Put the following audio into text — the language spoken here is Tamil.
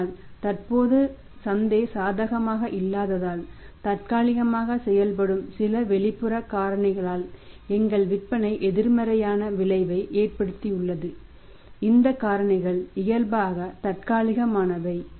ஆனால் தற்போது சந்தை சாதகமாக இல்லாததால் தற்காலிகமாக செய்யப்படும் சில வெளிப்புற காரணிகளால் எங்கள் விற்பனை எதிர்மறையான விளைவை ஏற்படுத்தியுள்ளது இந்த காரணிகள் இயல்பாக தற்காலிகமானவை